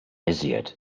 iżjed